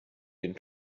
den